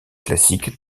classique